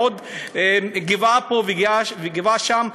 ועוד גבעה פה וגבעה שם,